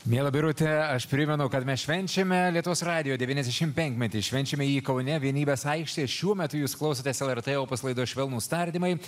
miela birute aš primenu kad mes švenčiame lietuvos radijo devyniasdešimt penkmetį švenčiame jį kaune vienybės aikštėje ir šiuo metu jūs klausotės lrt opus laidą švelnūs tardymai